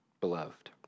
beloved